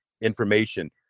information